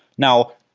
now,